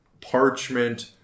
parchment